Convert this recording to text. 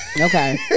Okay